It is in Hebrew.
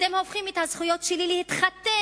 אתם הופכים את הזכויות שלי להתחתן